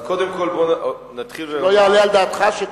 אני לא אומר חניך סיעתך,